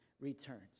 returns